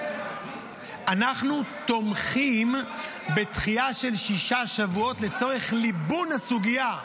--- אנחנו תומכים בדחייה של שישה שבועות לצורך ליבון הסוגיה.